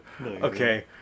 Okay